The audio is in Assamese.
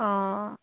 অঁ